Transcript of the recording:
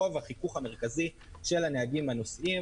רוב החיכוך המרכזי של הנהגים עם הנוסעים